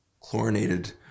Chlorinated